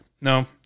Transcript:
no